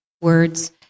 words